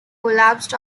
collapsed